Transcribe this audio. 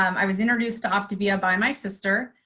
um i was introduced optavia by my sister.